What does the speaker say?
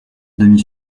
demi